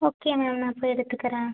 okay ma'am நான் போய் எடுத்துக்குறேன்